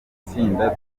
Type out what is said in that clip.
itsinda